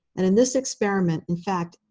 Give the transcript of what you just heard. and in this experiment, in fact,